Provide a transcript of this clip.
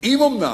אם אומנם,